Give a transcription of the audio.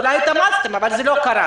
אולי התאמצתם, אבל זה לא קרה.